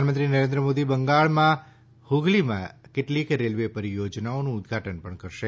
પ્રધાનમંત્રી નરેન્દ્ર મોદી બંગાળના હ્ગલીમાં કેટલીક રેલ્વે પરિયોજનાઓનું ઉદ્વાટન પણ કરશે